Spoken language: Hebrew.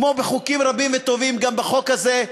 כמו בחוקים רבים וטובים גם בחוק הזה,